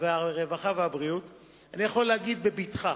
הרווחה והבריאות אני יכול להגיד בבטחה